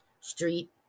Street